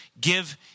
give